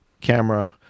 camera